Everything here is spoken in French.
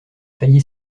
failli